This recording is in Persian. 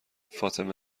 فاطمه